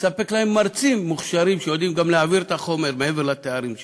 לספק להם מרצים מוכשרים שיודעים גם להעביר את החומר מעבר לתארים שלהם.